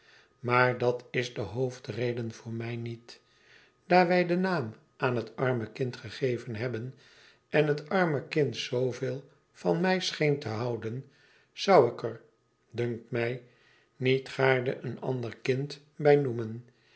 maar dat is de hoofdreden voor mij niet daar wij den naam aan het arme kind gegeven hadden en het arme kind zooveel van mij scheen te houden zou ik er dunkt mij niet gaarne een ander kind bij noemen